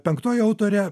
penktoji autorė